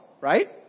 right